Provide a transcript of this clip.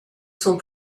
son